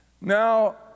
Now